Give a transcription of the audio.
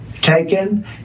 taken